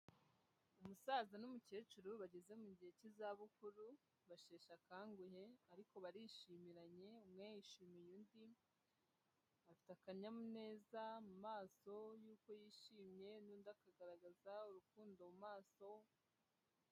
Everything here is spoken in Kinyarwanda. Umusaza n'umukecuru bageze mu gihe k'izabukuru basheshe akanguhe ariko barishimiranye, umwe yishimiye undi afite kanyamuneza mu maso yuko yishimye n'undi akagaragaza urukundo mu maso.